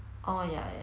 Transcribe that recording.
orh ya ya ya